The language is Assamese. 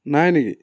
নাই নেকি